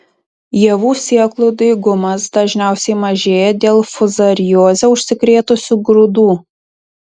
javų sėklų daigumas dažniausiai mažėja dėl fuzarioze užsikrėtusių grūdų